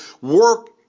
work